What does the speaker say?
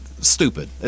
stupid